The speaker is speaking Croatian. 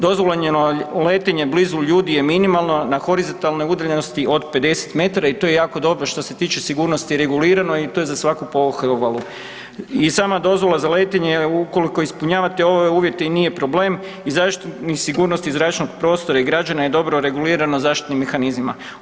Dozvoljeno letenje blizu ljudi je minimalno, na horizontalnoj udaljenosti od 50 m i to je jako dobro što se tiče sigurnosti regulirano i to je za svaku pohvalu, i sama dozvola za letenje ukoliko ispunjavate ove uvjete i nije problem i zaštita sigurnosti zračnog prostora i građana je dobro regulirano zaštitnim mehanizmima.